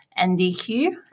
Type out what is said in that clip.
NDQ